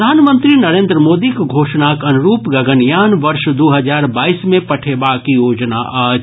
प्रधानमंत्री नरेन्द्र मोदीक घोषणाक अनुरूप गगनयान वर्ष दू हजार बाईस मे पठेबाक योजना अछि